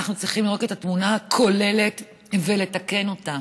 אנחנו צריכים לראות את התמונה הכוללת ולתקן אותה.